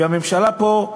והממשלה פה,